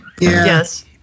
Yes